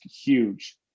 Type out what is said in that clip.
huge